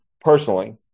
personally